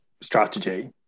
strategy